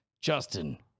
Justin